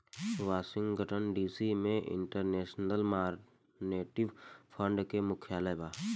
Washington DC में international monetary fund के मुख्यालय बा